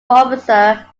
officer